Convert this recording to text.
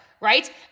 Right